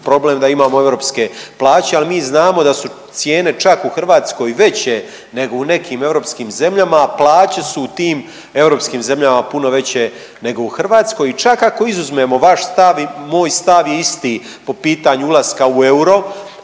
problem da imamo europske plaće, ali mi znamo da su cijene čak u Hrvatskoj veće nego u nekim europskim zemljama, a plaće se u tim europskim zemljama puno veće nego u Hrvatskoj. I čak ako izuzmemo vaš stav i moj stav je isti po pitanju ulaska u euro,